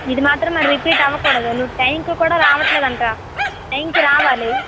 ఇది మాత్రం మరి రిపీట్ అవ్వకూడదు నువ్వు టైముకు కూడా రావడంలేదు అంట టైంకి రావాలి